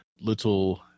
little